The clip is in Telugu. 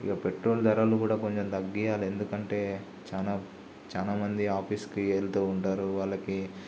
ఇక పెట్రోల్ ధరలు కూడా కొంచెం తగ్గీయాలి ఎందుకంటే చాలా చాలా మంది ఆఫీస్కి వెళ్తూ ఉంటారు వాళ్ళకి